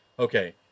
Okay